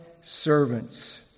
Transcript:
servants